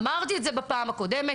אמרתי את זה בפעם הקודמת.